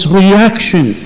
reaction